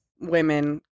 women